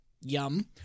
Yum